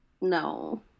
No